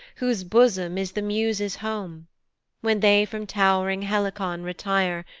whose bosom is the muses home when they from tow'ring helicon retire,